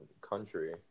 country